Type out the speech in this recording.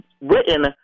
written